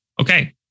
Okay